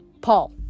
Paul